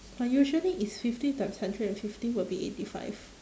usually is fifty times hundred and fifty will be eighty five